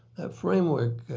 that framework,